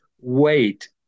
wait